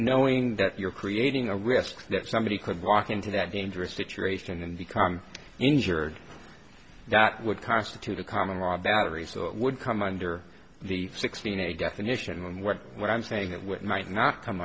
knowing that you're creating a risk that somebody could walk into that dangerous situation and become injured that would constitute a common law battery so it would come under the sixteen a definition what what i'm saying that what might not come